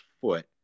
foot